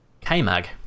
K-Mag